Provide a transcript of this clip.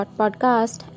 .podcast